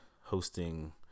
hosting